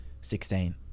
sixteen